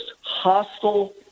hostile